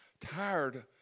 tired